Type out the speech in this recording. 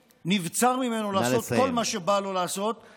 נבצר מהשלטון לעשות כל מה שבא לו לעשות, נא לסיים.